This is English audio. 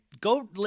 go